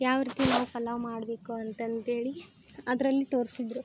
ಯಾವ ರೀತಿ ನಾವು ಪಲಾವು ಮಾಡಬೇಕು ಅಂತ ಅಂಥೇಳಿ ಅದರಲ್ಲಿ ತೋರಿಸಿದ್ರು